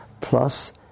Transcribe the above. plus